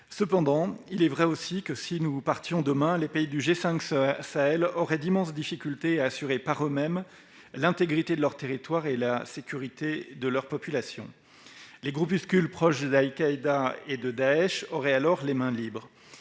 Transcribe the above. Cependant, il est vrai aussi que, si nous partions demain, les pays du G5 Sahel rencontreraient d'immenses difficultés à assurer par eux-mêmes l'intégrité de leurs territoires et la sécurité de leurs populations. Les groupuscules proches d'Al-Qaïda et de Daech auraient alors les mains libres.